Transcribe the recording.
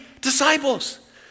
disciples